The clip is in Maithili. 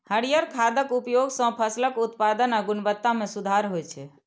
हरियर खादक उपयोग सं फसलक उत्पादन आ गुणवत्ता मे सुधार होइ छै